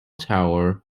tower